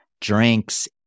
drinks